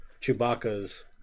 Chewbacca's